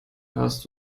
hörst